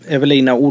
Evelina